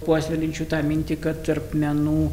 puoselėjančių tą mintį kad tarp menų